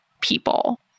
people